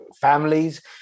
families